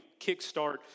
kickstart